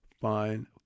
fine